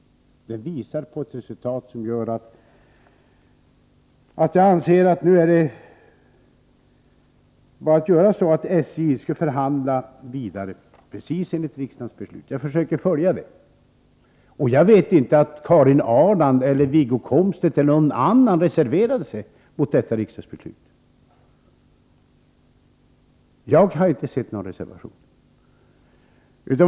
Resultatet är sådant att jag anser att SJ bör förhandla vidare, precis enligt riksdagens beslut. Jag försöker följa detta. Jag vet inte att Karin Ahrland, Wiggo Komstedt eller någon annan reserverade sig mot detta riksdagsbeslut — jag har inte sett någon reservation.